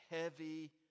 heavy